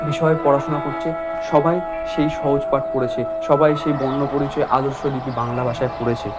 বিষয়ে পড়াশোনা করছে সবাই সেই সহজপাঠ পড়েছে সবাই সেই বর্ণপরিচয় আদর্শলিপি বাংলা ভাষায় পড়েছে